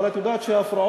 אבל את יודעת שהיו הפרעות.